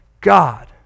God